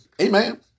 Amen